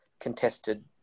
contested